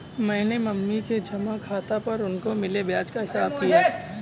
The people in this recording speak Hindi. मैंने मम्मी के जमा खाता पर उनको मिले ब्याज का हिसाब किया